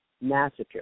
Massacre